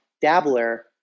dabbler